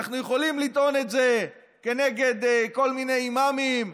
אנחנו יכולים לטעון את זה כנגד כל מיני אימאמים,